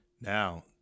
now